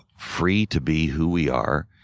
free to be who we are.